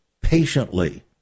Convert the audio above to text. patiently